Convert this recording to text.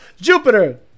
Jupiter